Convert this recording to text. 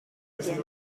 again